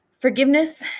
Forgiveness